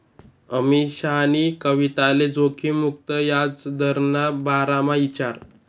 अमीशानी कविताले जोखिम मुक्त याजदरना बारामा ईचारं